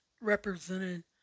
represented